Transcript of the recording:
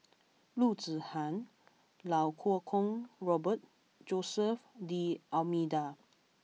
Loo Zihan Iau Kuo Kwong Robert Jose D'almeida